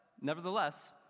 nevertheless